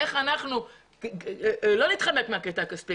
אנחנו לא נתחמק מהקטע הכספי,